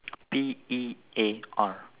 P E A R